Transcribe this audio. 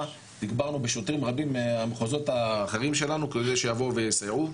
תגברנו בשוטרים רבים מהמחוזות האחרים שלנו כדי שיבואו ויסייעו,